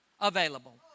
available